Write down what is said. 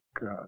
god